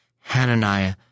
Hananiah